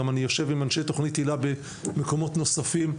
אני יושב עם תכנית הילה במקומות נוספים.